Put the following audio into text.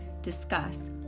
discuss